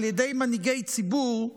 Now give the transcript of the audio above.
על ידי מנהיגי ציבור,